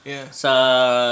sa